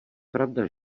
pravda